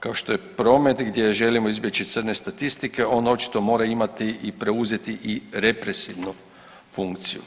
kao što je promet gdje želimo izbjeći crne statistike on očito mora imati i preuzeti i represivnu funkciju.